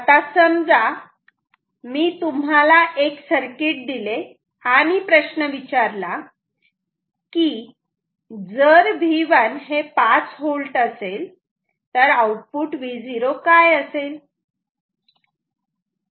आता समजा मी तुम्हाला हे एक सर्किट दिले आणि प्रश्न विचारला की जर V1 5V असेल तर आउटपुट Vo काय असेल